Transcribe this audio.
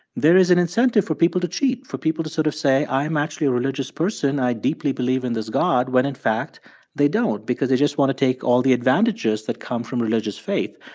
there is an incentive for people to cheat for people to sort of say, i'm actually a religious person, i deeply believe in this god, when in fact they don't because they just want to take all the advantages that come from religious faith.